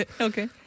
Okay